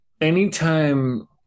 anytime